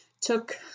took